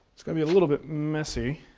it's gonna be a little bit messy.